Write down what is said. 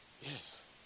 Yes